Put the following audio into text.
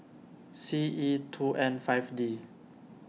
C E two N five D